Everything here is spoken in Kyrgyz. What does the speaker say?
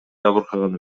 жабыркаган